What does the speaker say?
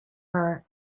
her